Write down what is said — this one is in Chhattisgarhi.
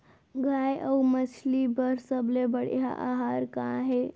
गाय अऊ मछली बर सबले बढ़िया आहार का हे?